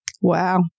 Wow